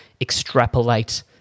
extrapolate